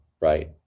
right